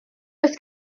oes